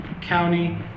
county